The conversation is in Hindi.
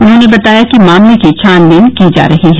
उन्होंने बताया कि मामले की छानबीन की जा रही है